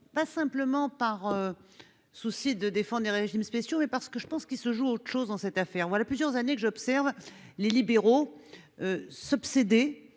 non seulement pour défendre les régimes spéciaux, mais parce que je pense qu'autre chose se joue dans cette affaire. Voilà plusieurs années que j'observe les libéraux faire des